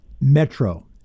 Metro